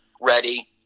ready